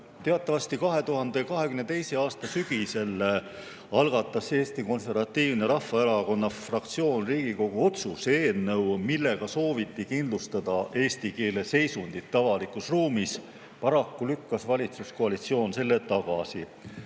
eelnõu. 2022. aasta sügisel algatas Eesti Konservatiivse Rahvaerakonna fraktsioon Riigikogu otsuse eelnõu, millega sooviti kindlustada eesti keele seisundit avalikus ruumis. Paraku lükkas valitsuskoalitsioon selle tagasi.